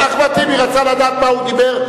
אחמד טיבי רצה לדעת מה הוא דיבר,